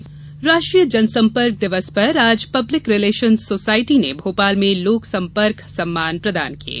जनसंपर्क दिवस राष्ट्रीय जनसंपर्क दिवस पर आज पब्लिक रिलेशंस सोसायटी ने भोपाल में लोकसंपर्क सम्मान प्रदान किये